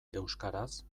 euskaraz